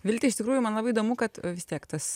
vilte iš tikrųjų man labai įdomu kad vis tiek tas